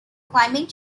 climbing